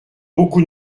beaucoup